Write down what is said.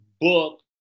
book